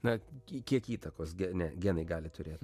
na kiek įtakos gene genai gali turėt